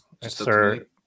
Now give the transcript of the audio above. sir